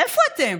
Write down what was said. איפה אתם?